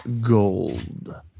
gold